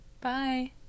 Bye